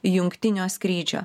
jungtinio skrydžio